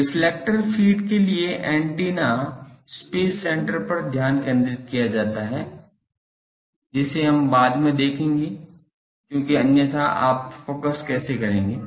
reflector feed के लिए antenna space centre पर ध्यान केंद्रित किया जाता है जिसे हम बाद में देखेंगे क्योंकि अन्यथा आप फोकस कैसे करेंगे